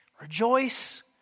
rejoice